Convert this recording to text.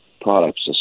products